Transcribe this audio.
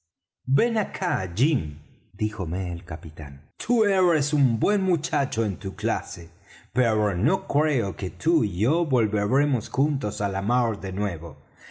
ven acá jim díjome el capitán tú eres un buen muchacho en tu clase pero no creo que tú y yo volveremos juntos á la mar de nuevo